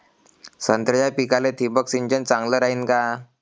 संत्र्याच्या पिकाले थिंबक सिंचन चांगलं रायीन का?